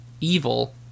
evil